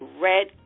red